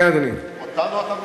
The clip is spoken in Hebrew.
אתה משכנע אותנו?